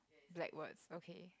like words okay